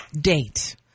date